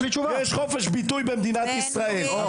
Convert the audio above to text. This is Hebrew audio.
יש חופש ביטוי במדינת ישראל.